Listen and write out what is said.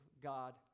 God